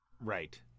Right